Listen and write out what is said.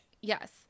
yes